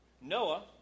Noah